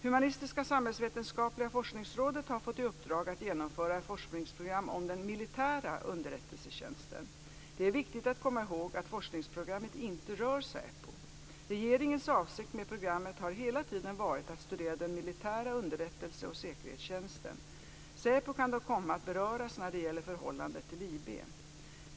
Humanistisk-samhällsvetenskapliga forskningsrådet har fått i uppdrag att genomföra ett forskningsprogram om den militära underrättelsetjänsten. Det är viktigt att komma ihåg att forskningsprogrammet inte rör SÄPO. Regeringens avsikt med programmet har hela tiden varit att studera den militära underrättelseoch säkerhetstjänsten. SÄPO kan dock komma att beröras när det gäller förhållandet till IB.